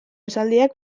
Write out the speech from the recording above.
esaldiak